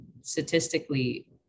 Statistically